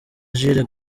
jules